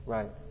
Right